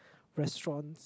restaurants